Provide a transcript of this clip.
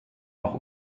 noch